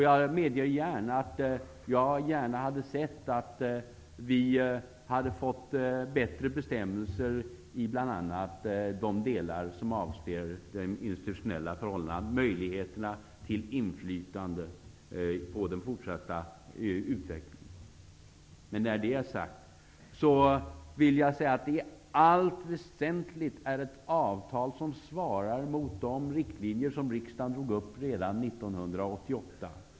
Jag medger gärna att jag gärna hade sett att vi hade fått bättre bestämmelser i bl.a. de delar som avser de institutionella förhållandena, möjligheterna till inflytande på den fortsatta utvecklingen. Men när det är sagt vill jag säga att detta i allt väsentligt är ett avtal som svarar mot de riktlinjer som riksdagen drog upp redan 1988.